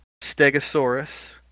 Stegosaurus